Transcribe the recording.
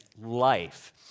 life